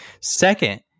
Second